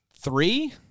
three